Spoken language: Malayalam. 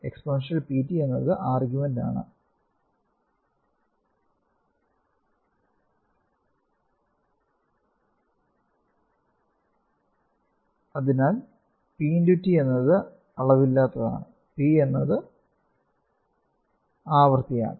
എക്സ്പോണൻഷ്യൽ pt എന്നതിന്റെ ആർഗ്യുമെന്റ് ആണ് അതിനാൽ p × t എന്നത് അളവില്ലാത്തതാണ് p എന്നത് ആവൃത്തിയാണ്